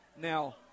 now